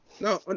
No